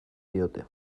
diote